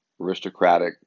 aristocratic